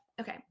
Okay